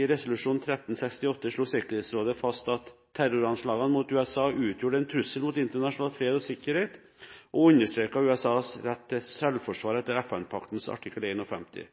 I resolusjon 1368 slo Sikkerhetsrådet fast at terroranslagene mot USA utgjorde en trussel mot internasjonal fred og sikkerhet, og understreket USAs rett til selvforsvar etter